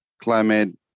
Climate